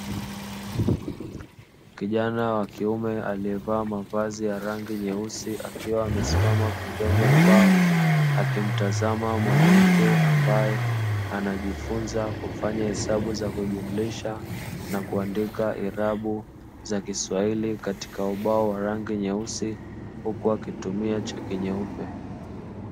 Kijana wa kiume aliyevaa mavazi ya rangi nyeusi akiwa amesimama pembeni ya ubao, akimtazama mwanamke ambaye anajifunza kufanya hesabu za kujumlisha na kuandika irabu za kiswahili katika ubao wa rangi nyeusi huku akitumia chaki nyeupe.